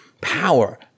power